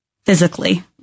physically